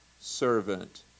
servant